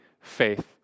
faith